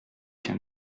qu’un